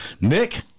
Nick